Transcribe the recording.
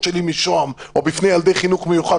שלי משוהם או בפני ילדי חינוך מיוחד,